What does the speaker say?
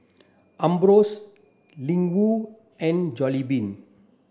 Ambros Ling Wu and Jollibean